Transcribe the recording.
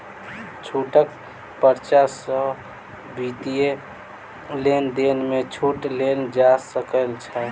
छूटक पर्चा सॅ वित्तीय लेन देन में छूट लेल जा सकै छै